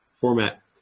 format